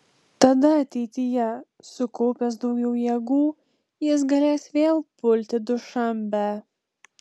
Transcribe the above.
tada ateityje sukaupęs daugiau jėgų jis galės vėl pulti dušanbę